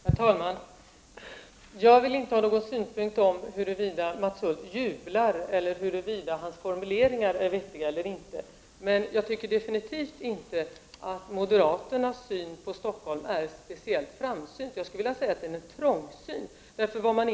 Herr talman! Jag vill inte uttala någon synpunkt på huruvida Mats Hulth jublar eller huruvida hans formuleringar är vettiga eller inte. Men jag tycker definitivt inte att moderaternas syn på Stockholm är speciellt framsynt. Jag skulle vilja säga att den är trångsynt.